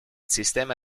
sistema